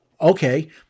okay